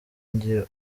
njye